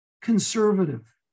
conservative